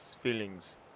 feelings